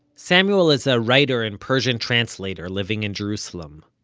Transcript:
samuel is a writer and persian translator living in jerusalem.